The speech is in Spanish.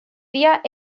días